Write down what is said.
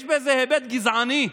יש בזה היבט גזעני.